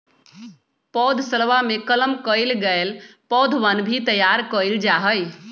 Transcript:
पौधशलवा में कलम कइल गैल पौधवन भी तैयार कइल जाहई